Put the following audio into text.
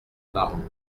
baron